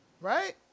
right